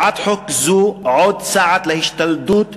הצעת חוק זו, עוד צעד להשתלטות